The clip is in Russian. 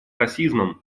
расизмом